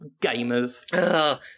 gamers